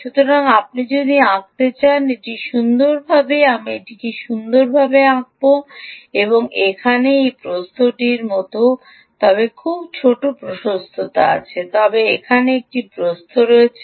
সুতরাং আপনি যদি আঁকতে চান এটি সুন্দরভাবে আমি এটিকে সুন্দরভাবে আঁকবো এখানে এই প্রস্থটি এর মতো হয় তবে খুব ছোট প্রশস্ততা আছে তবে এখানে একটি প্রস্থ রয়েছে